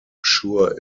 sure